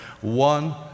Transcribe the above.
one